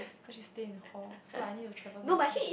cause she stay in hall so like I need to travel myself